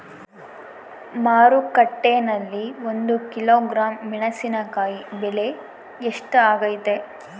ಮಾರುಕಟ್ಟೆನಲ್ಲಿ ಒಂದು ಕಿಲೋಗ್ರಾಂ ಮೆಣಸಿನಕಾಯಿ ಬೆಲೆ ಎಷ್ಟಾಗೈತೆ?